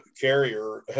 carrier